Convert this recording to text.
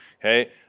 Okay